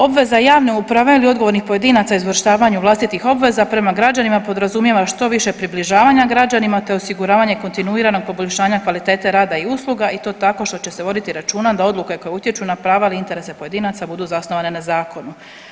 Obveza javne uprave ili odgovornih pojedinaca o izvršavanju vlastitih obveza prema građanima podrazumijeva što više približavanja građanima te osiguravanje kontinuiranog poboljšanja kvalitete rada i usluga i to tako što će se voditi računa da odluke koje utječu na prava ili interese pojedinaca budu zasnovane na zakonu.